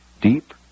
Deep